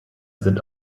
sind